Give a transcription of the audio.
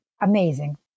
amazing